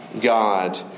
God